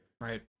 right